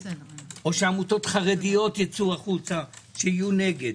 או שעמותות חרדיות ייצאו החוצה שיהיו נגד.